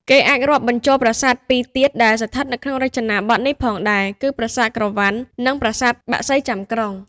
គេអាចរាប់បញ្ចូលប្រាសាទពីរទៀត ដែលស្ថិតនៅក្នុងរចនាបថនេះផងដែរ គឺ ប្រាសាទក្រវាន់ និង ប្រាសាទបក្សីចាំក្រុង ។